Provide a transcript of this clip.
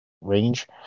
range